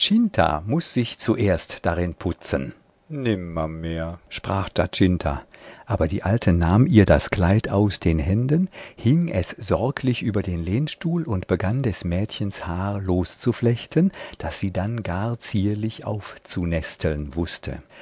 muß sich zuerst darin putzen nimmermehr sprach giacinta aber die alte nahm ihr das kleid aus den händen hing es sorglich über den lehnstuhl und begann des mädchens haar loszuflechten das sie dann gar zierlich aufzunesteln wußte